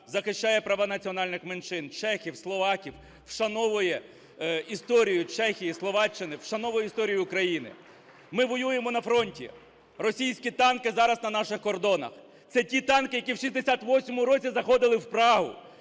захищає права національних меншин чехів, словаків, вшановує історію Чехії, Словаччини, вшановує історію України. Ми воюємо на фронті, російські танки зараз на наших кордонах. Це ті танки, які в 68-му році заходили в Прагу;